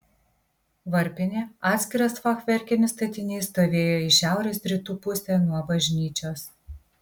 varpinė atskiras fachverkinis statinys stovėjo į šiaurės rytų pusę nuo bažnyčios